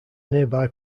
nearby